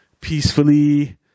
peacefully